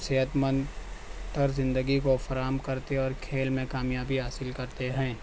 صحت مند طور زندگی کو فراہم کرتے اور کھیل میں کامیابی حاصل کرتے ہیں